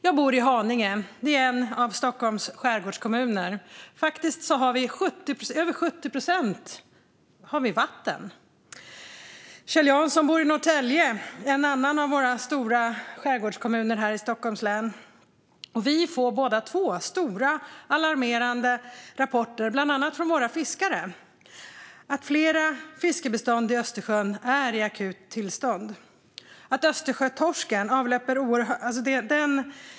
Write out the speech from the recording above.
Jag bor i Haninge, en av Stockholmsregionens skärgårdskommuner. Faktiskt består över 70 procent av min hemkommun av vatten. Kjell Jansson bor i Norrtälje, en annan av Stockholmsregionens stora skärgårdskommuner. Vi får båda två alarmerande rapporter från bland annat våra fiskare om att situationen för flera fiskbestånd i Östersjön är akut.